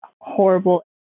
horrible